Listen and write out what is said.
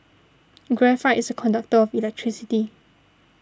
graphite is a conductor of electricity